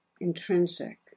intrinsic